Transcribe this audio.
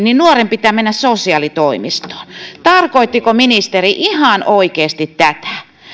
niin nuoren pitää mennä sosiaalitoimistoon tarkoittiko ministeri ihan oikeasti tätä